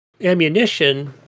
ammunition